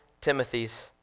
Timothy's